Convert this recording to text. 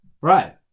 right